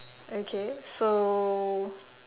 okay so